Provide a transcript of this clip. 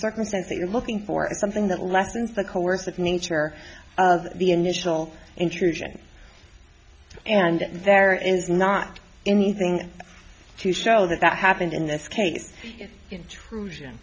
circumstance that you're looking for is something that lessens the coercive nature of the initial intrusion and there is not anything to show that that happened in this case intrusion